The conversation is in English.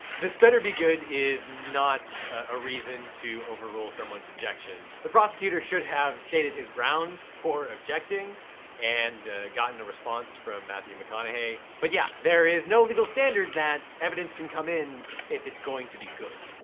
this better be good is not a reason to overrule someone's objection. the prosecutor should have stated his grounds for objecting and gotten a response from matthew mccognaughey but yeah there is no legal standard that evidence can come in if its going to be good.